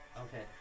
Okay